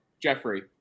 Jeffrey